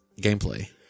gameplay